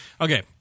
okay